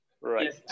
Right